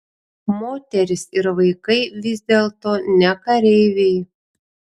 moterys ir vaikai vis dėlto ne kareiviai